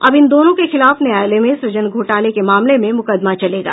अब इन दोनों के खिलाफ न्यायालय में सूजन घोटाले के मामले में मुकदमा चलेगा